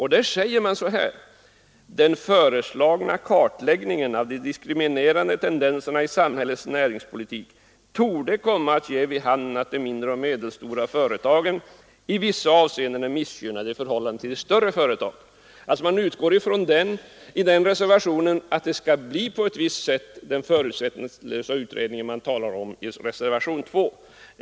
I reservationen 3 sägs: ”Den föreslagna kartläggningen av de diskriminerande tendenserna i samhällets näringspolitik torde komma att ge vid handen att de mindre och medelstora företagen i vissa avseenden är missgynnade i förhållande till de större företagen.” Man utgår alltså i denna reservation från att den förutsättningslösa utredning man talar om i reservationen 2 skall se ut på ett visst sätt.